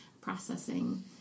processing